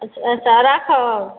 अच्छा राखब